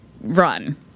run